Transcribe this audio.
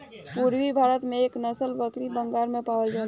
पूरबी भारत में एह नसल के बकरी बंगाल में पावल जाला